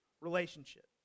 relationship